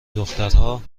دخترها